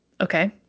okay